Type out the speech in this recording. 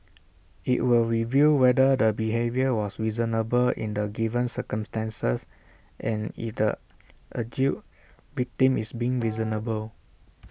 IT will review whether the behaviour was reasonable in the given circumstances and if the alleged victim is being reasonable